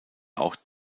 auch